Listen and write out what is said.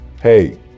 Hey